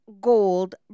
gold